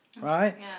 right